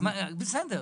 בסדר.